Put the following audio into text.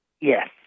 Yes